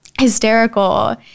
hysterical